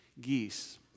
geese